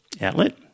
outlet